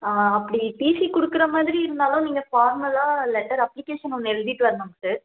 ஆ அப்படி டிசி கொடுக்குற மாதிரி இருந்தாலும் நீங்கள் ஃபார்மலாக லெட்டர் அப்ளிகேஷன் ஒன்று எழுதிகிட்டு வரணுங்க சார்